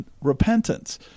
repentance